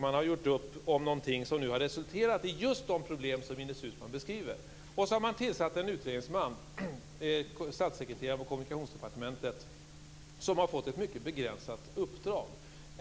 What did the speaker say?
Man har gjort upp om något som har resulterat i just de problem som Ines Uusmann beskriver. Därefter har man tillsatt en utredningsman, statssekreteraren på kommunikationsdepartementet, som har fått ett mycket begränsat uppdrag.